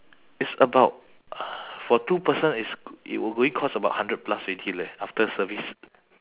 it's about uh for two person it's it will going cost about hundred plus already leh after service